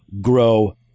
grow